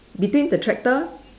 between the tractor